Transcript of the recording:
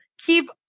keep